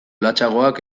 latzagoak